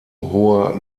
hoher